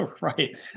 right